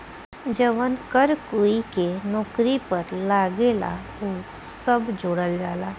जवन कर कोई के नौकरी पर लागेला उ सब जोड़ल जाला